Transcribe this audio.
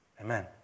Amen